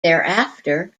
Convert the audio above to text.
thereafter